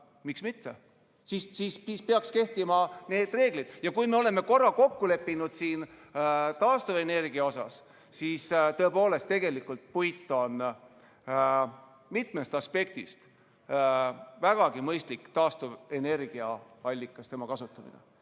siis peaks kehtima need reeglid. Ja kui me oleme korra kokku leppinud taastuvenergia osas, siis tõepoolest tegelikult puit on mitmest aspektist vägagi mõistlik taastuvenergiaallikas. Kui